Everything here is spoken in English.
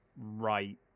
right